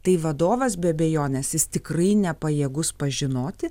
tai vadovas be abejonės jis tikrai nepajėgus pažinoti